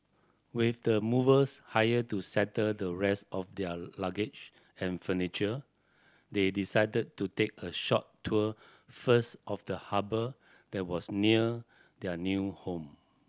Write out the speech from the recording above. with the movers hired to settle the rest of their luggage and furniture they decided to take a short tour first of the harbour that was near their new home